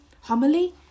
Homily